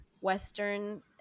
Western